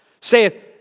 saith